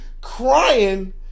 Crying